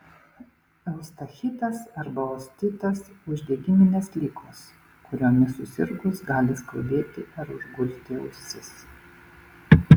eustachitas arba ostitas uždegiminės ligos kuriomis susirgus gali skaudėti ar užgulti ausis